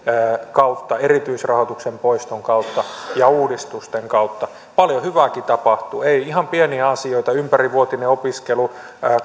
kautta erityisrahoituksen poiston kautta ja uudistusten kautta paljon hyvääkin tapahtuu ei ihan pieniä asioita ympärivuotinen opiskelu